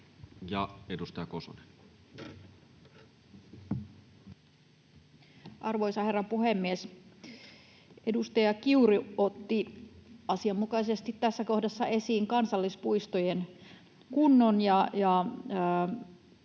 17:35 Content: Arvoisa herra puhemies! Edustaja Kiuru otti asianmukaisesti tässä kohdassa esiin kansallispuistojen kunnon.